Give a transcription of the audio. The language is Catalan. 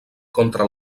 contra